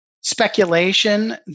speculation